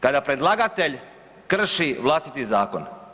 Kada predlagatelj krši vlastiti zakon.